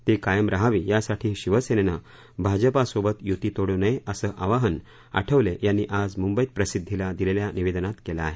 ती कायम राहावी यासाठी शिवसेनेनं भाजपसोबत युती तोडू नये असे आवाहन आठवले यांनी आज मुंबईत प्रसिद्दीला दिलेल्या निवेदनात केलं आहे